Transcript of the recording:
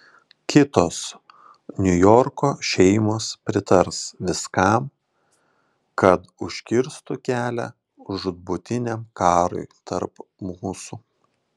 kitos niujorko šeimos pritars viskam kad užkirstų kelią žūtbūtiniam karui tarp mūsų